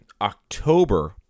October